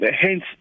hence